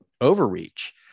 overreach